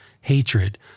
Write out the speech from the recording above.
hatred